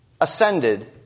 ascended